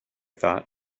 thought